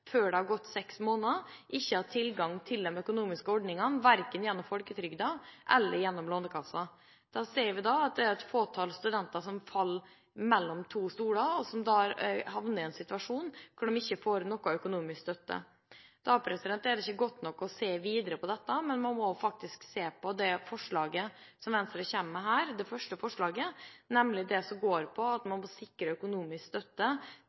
før det har gått seks måneder, ikke har tilgang til de økonomiske ordningene verken gjennom folketrygden eller gjennom Lånekassen. Da ser vi at det er et fåtall studenter som faller mellom to stoler, og som havner i en situasjon hvor de ikke får noen økonomisk støtte. Da er det ikke godt nok å se videre på dette. Man må faktisk se på det første forslaget som Venstre her kommer med, nemlig det som går på at man må sikre økonomisk støtte